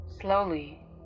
Slowly